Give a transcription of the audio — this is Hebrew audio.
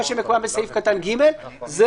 וזה